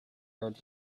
heard